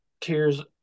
tears